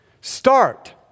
Start